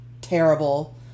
terrible